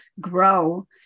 grow